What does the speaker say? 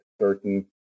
certain